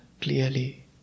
clearly